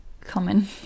common